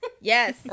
Yes